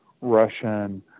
Russian